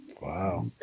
Wow